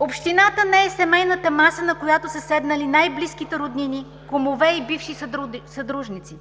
Общината не е семейната маса, на която са седнали най-близките роднини, кумове и бивши съдружници,